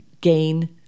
gain